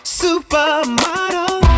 supermodel